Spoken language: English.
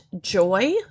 joy